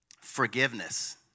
forgiveness